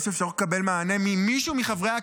יש אפשרות לקבל מענה ממישהו מחברי הקואליציה,